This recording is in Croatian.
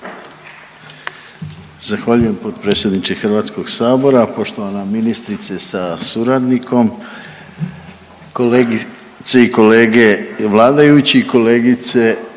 Zahvaljujem potpredsjedniče Hrvatskog sabora, poštovana ministrice sa suradnikom, kolegice i kolege vladajući, kolegice